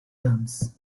terms